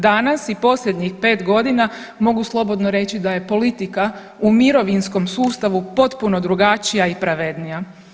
Danas i posljednjih 5 godina mogu slobodno reći da je politika u mirovinskom sustavu potpuno drugačija i pravednija.